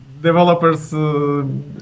developers